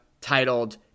titled